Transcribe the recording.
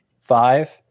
five